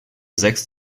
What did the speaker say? sechs